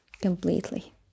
completely